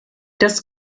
das